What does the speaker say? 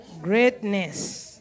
greatness